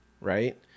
right